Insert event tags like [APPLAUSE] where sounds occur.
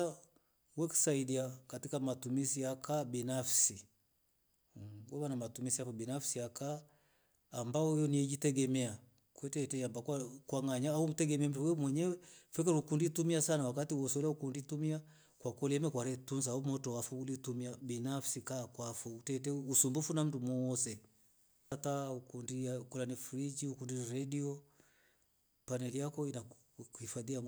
[HESITATION] wekusaidia katika matumisi ya kaa binafsi weva na matumizi yakaa binafsi ambayo yei jitegemea kwete iamba kwanganya kwete itegemea mndu we mwenyewe je kwakola ukundi itumia ukalola imekwale tusa moto wafo wetu mia kwa kwafo binafsi utate usumbufu na mndu mwoose hata uku friji ukundi redio pannel yako inahifadhi moto.